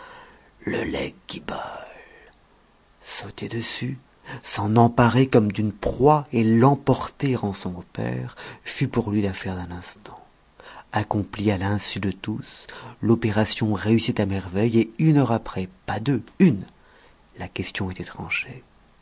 le legs quibolle sauter dessus s'en emparer comme d'une proie et l'emporter en son repaire fut pour lui l'affaire d'un instant accomplie à l'insu de tous l'opération réussit à merveille et une heure après pas deux une la question